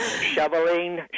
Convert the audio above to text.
shoveling